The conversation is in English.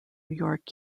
york